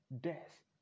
Death